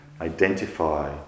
identify